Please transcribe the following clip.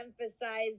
emphasize